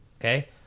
Okay